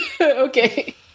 Okay